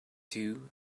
two